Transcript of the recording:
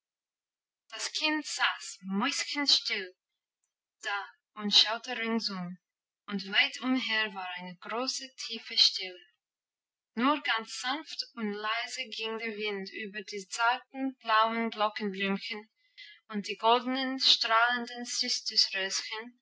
das kind saß mäuschenstill da und schaute ringsum und weit umher war eine große tiefe stille nur ganz sanft und leise ging der wind über die zarten blauen glockenblümchen und die goldnen strahlenden